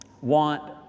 want